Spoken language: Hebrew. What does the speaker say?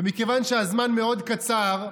ומכיוון שהזמן מאוד קצר,